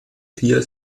vier